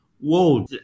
whoa